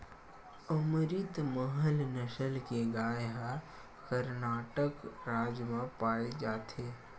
अमरितमहल नसल के गाय ह करनाटक राज म पाए जाथे